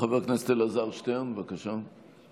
חבר הכנסת אלעזר שטרן, בבקשה.